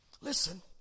Listen